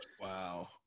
Wow